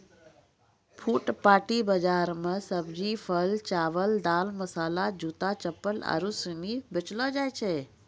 फुटपाटी बाजार मे सब्जी, फल, चावल, दाल, मसाला, जूता, चप्पल आरु सनी बेचलो जाय छै